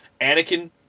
Anakin